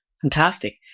Fantastic